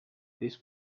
this